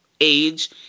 age